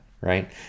right